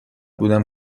بودم